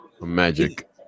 Magic